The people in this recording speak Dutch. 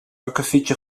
akkefietje